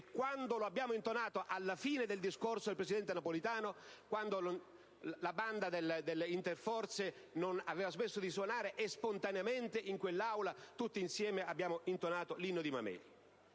e quando lo abbiamo intonato alla fine del discorso di Napolitano, quando la Banda Interforze aveva smesso di suonare e, spontaneamente, tutti insieme abbiamo intonato l'Inno di Mameli.